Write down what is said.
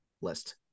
list